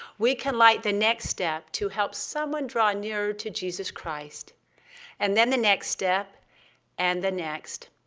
we can light the next step to help someone draw nearer to jesus christ and then the next step and the next.